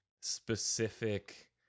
specific